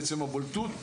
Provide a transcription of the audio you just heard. בעצם הבולטות,